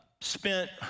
spent